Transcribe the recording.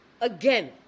again